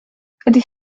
ydych